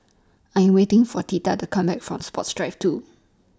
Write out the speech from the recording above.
I'm waiting For Tatia to Come Back from Sports Drive two